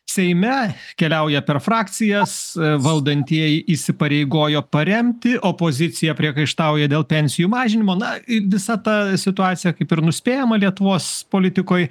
seime keliauja per frakcijas valdantieji įsipareigojo paremti opozicija priekaištauja dėl pensijų mažinimo na visa ta situacija kaip ir nuspėjama lietuvos politikoj